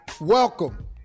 welcome